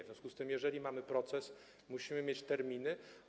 W związku z tym jeżeli mamy proces, musimy mieć terminy.